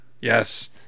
Yes